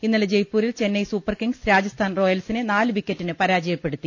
ഇന്നലെ ജയ്പൂരിൽ ചെന്നൈ സൂപ്പർകിംഗ്സ് രാജസ്ഥാൻ റോയൽസിനെ നാല് വിക്കറ്റിന് പരാ ജയപ്പെടുത്തി